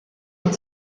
and